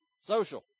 Social